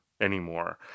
anymore